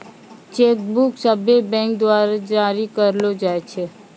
cheque book सभ्भे bank द्वारा जारी करलो जाय छै